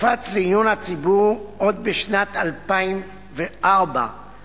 הופץ לעיון הציבור עוד בשנת 2004 כטרום-תזכיר,